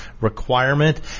requirement